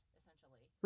essentially